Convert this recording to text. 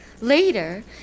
Later